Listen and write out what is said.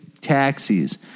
taxis